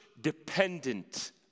dependent